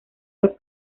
los